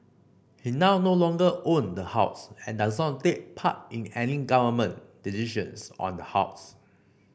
he now no longer own the house and does not take part in any government decisions on the house